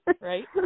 Right